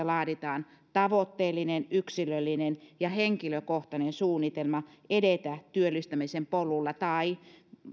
laaditaan tavoitteellinen yksilöllinen ja henkilökohtainen suunnitelma edetä työllistymisen polulla tai